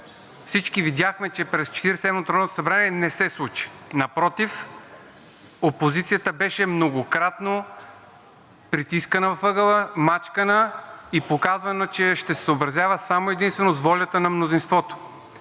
и седмото народно събрание не се случи. Напротив, опозицията беше многократно притискана в ъгъла, мачкана и е показвано, че ще се съобразяват само и единствено с волята на мнозинството.